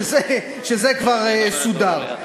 זה כבר סודר.